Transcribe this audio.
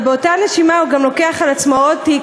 אבל באותה נשימה הוא גם לוקח על עצמו עוד תיק,